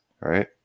right